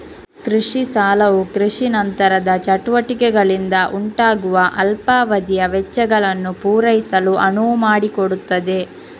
ಕೃಷಿ ಸಾಲವು ಕೃಷಿ ನಂತರದ ಚಟುವಟಿಕೆಗಳಿಂದ ಉಂಟಾಗುವ ಅಲ್ಪಾವಧಿಯ ವೆಚ್ಚಗಳನ್ನು ಪೂರೈಸಲು ಅನುವು ಮಾಡಿಕೊಡುತ್ತದೆ